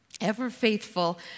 ever-faithful